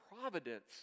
providence